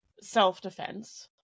self-defense